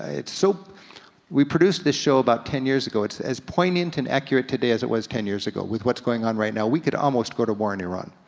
ah so we produced this show about ten years ago. it's as poignant and accurate today as it was ten years ago with what's going on right now. we could almost go to war in iran.